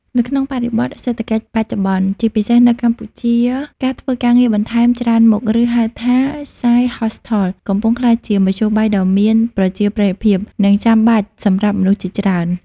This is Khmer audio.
នៅក្នុងបរិបទសេដ្ឋកិច្ចបច្ចុប្បន្ន ជាពិសេសនៅកម្ពុជា ការធ្វើការងារបន្ថែមច្រើនមុខ ឬហៅថា "Side Hustle" កំពុងក្លាយជាមធ្យោបាយដ៏មានប្រជាប្រិយភាព និងចាំបាច់សម្រាប់មនុស្សជាច្រើន។